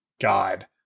God